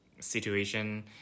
situation